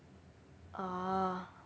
orh